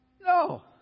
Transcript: No